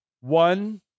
one